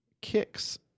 kicks